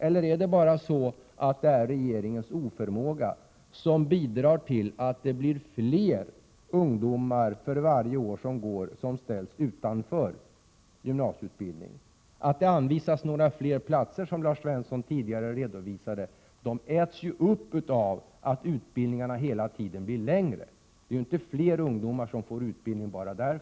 Är det bara regeringens oförmåga som är orsak till att fler ungdomar varje år ställs utanför gymnasieskolan? Lars Svensson redovisade att det blir fler platser. Men pengarna går inte till fler platser, utan de äts upp, så att säga, av att utbildningarna hela tiden blir längre. Fler ungdomar får inte utbildning.